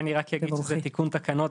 אני רק אגיד שזה תיקון תקנות,